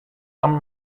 tam